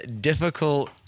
difficult